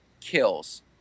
kills